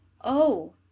Oh